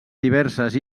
diverses